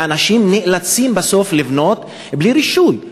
ואנשים נאלצים בסוף לבנות בלי רישוי,